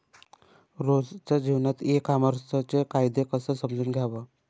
रोजच्या जीवनात ई कामर्सचे फायदे कसे समजून घ्याव?